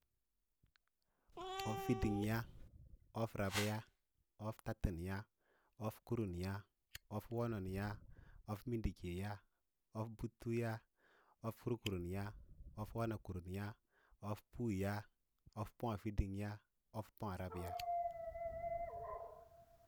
Of fidinyā, of rabya, of tata, nyā of karumyà, of wononyâ, of mindīkeya, of butuya, of kurkurumyâ, of wanakurunyâ, of pu ya of pu ahaa fiding ya, of pu ahaã rabya.